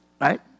Right